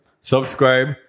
Subscribe